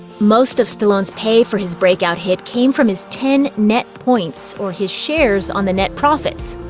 most of stallone's pay for his breakout hit came from his ten net points, or his shares on the net profits.